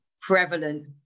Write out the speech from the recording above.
prevalent